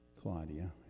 Claudia